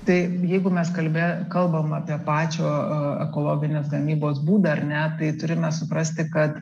tai jeigu mes kalbėj kalbam apie pačio ekologinės gamybos būdą ar ne tai turime suprasti kad